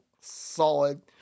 solid